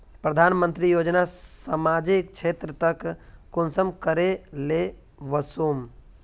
प्रधानमंत्री योजना सामाजिक क्षेत्र तक कुंसम करे ले वसुम?